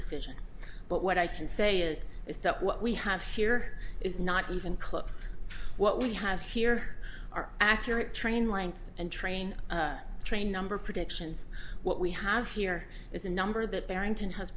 decision but what i can say is is that what we have here is not even close what we have here are accurate train length and train train number predictions what we have here is a number that barrington has